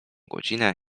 godzinę